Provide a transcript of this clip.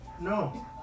No